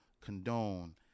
condone